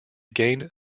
gained